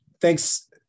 Thanks